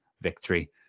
victory